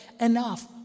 enough